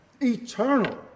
eternal